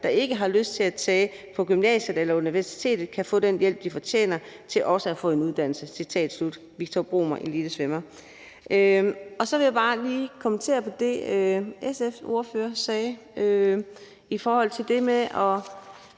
der ikke har lyst til at tage på gymnasiet eller universitetet, kan få den hjælp, de fortjener, til også at få en uddannelse.